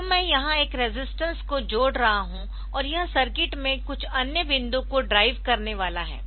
तो मैं यहां एक रेजिस्टेंस को जोड़ रहा हूं और यह सर्किट में कुछ अन्य बिंदु को ड्राइव करने वाला है